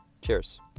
Cheers